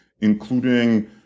including